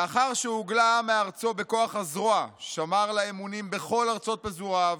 לאחר שהוגלה העם מארצו בכוח הזרוע שמר לה אמונים בכל ארצות פזוריו,